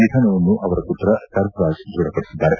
ನಿಧನವನ್ನು ಅವರ ಪುತ್ರ ಸರ್ಫರಾಜ್ ದೃಢಪಡಿಸಿದ್ದಾರೆ